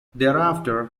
thereafter